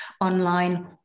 online